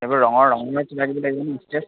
এইবোৰ ৰঙৰ ৰঙে কিবা কিব লাগিবনে